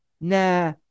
nah